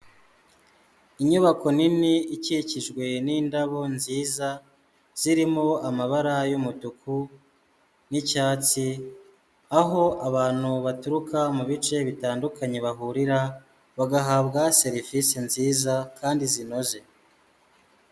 Inyubako nini ikikijwe n'indabo nziza zirimo amabara y'umutuku n'icyatsi, aho abantu baturuka mu bice bitandukanye bahurira bagahabwa serivisi nziza kandi zinoze.